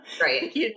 Right